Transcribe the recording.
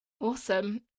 Awesome